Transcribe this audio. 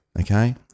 Okay